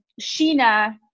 Sheena